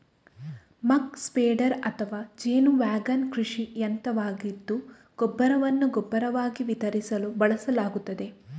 ಮಕ್ spreader ಅಥವಾ ಜೇನು wagon ಕೃಷಿ ಯಂತ್ರವಾಗಿದ್ದು ಗೊಬ್ಬರವನ್ನು ಗೊಬ್ಬರವಾಗಿ ವಿತರಿಸಲು ಬಳಸಲಾಗುತ್ತದೆ